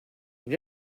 and